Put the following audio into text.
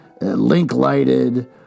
link-lighted